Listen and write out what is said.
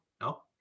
no